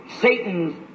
Satan's